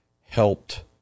helped